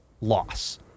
loss